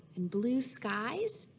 and blue skies?